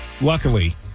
luckily